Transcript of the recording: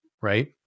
right